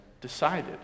decided